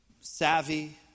savvy